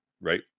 Right